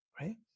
right